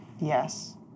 Yes